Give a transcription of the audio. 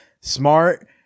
smart